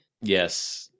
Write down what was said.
Yes